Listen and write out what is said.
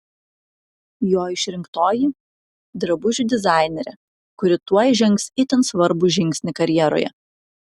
jo išrinktoji drabužių dizainerė kuri tuoj žengs itin svarbų žingsnį karjeroje